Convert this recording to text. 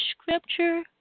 scripture